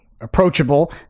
approachable